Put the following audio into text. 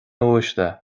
uaisle